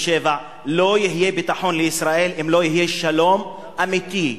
67' לא יהיה ביטחון לישראל אם לא יהיה שלום אמיתי.